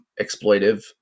exploitive